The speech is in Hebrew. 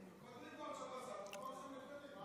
תפני פה עכשיו לשר, לא